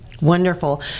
Wonderful